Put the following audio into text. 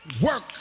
work